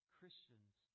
Christians